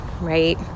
right